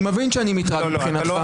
אני מבין שאני מטרד מבחינתך.